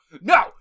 no